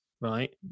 right